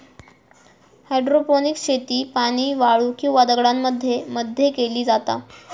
hydroponics शेती पाणी, वाळू किंवा दगडांमध्ये मध्ये केली जाता